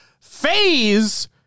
phase